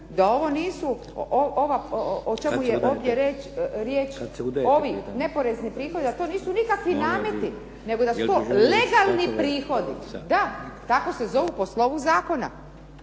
da ovo nisu, ovo o čemu je ovdje riječ ovi neporezni prihodi, da to nisu nikakvi nameti, nego da su to legalni prihodi. Da, tako se zovu po slovu zakona,